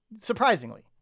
surprisingly